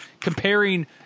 Comparing